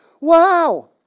wow